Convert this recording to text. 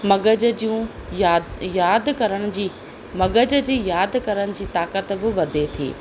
मग़ज़ जूं या यादि करण जी मग़ज़ जी यादि करण जी ताक़त बि वधे थी